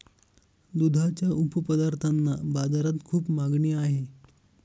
दुधाच्या उपपदार्थांना बाजारात खूप मागणी आहे